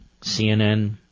CNN